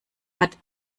but